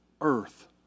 earth